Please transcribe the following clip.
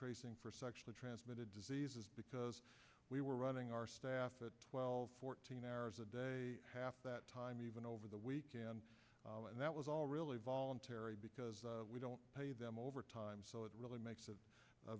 tracing for sexually transmitted diseases because we were running our staff at twelve fourteen hours a day half that time even over the weekend and that was all really voluntary because we don't pay them overtime so it really makes it